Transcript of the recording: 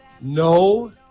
No